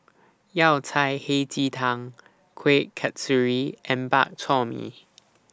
Yao Cai Hei Ji Tang Kuih Kasturi and Bak Chor Mee